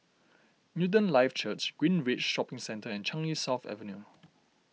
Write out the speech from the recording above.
Newton Life Church Greenridge Shopping Centre and Changi South Avenue